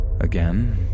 Again